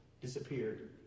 disappeared